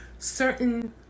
Certain